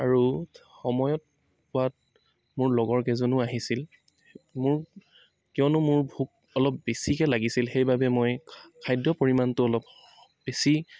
আৰু সময়ত পোৱাত মোৰ লগৰকেইজনো আহিছিল মোৰ কিয়নো মোৰ ভোক অলপ বেছিকৈ লাগিছিল সেইবাবে মই খাদ্য পৰিমাণটো অলপ বেছি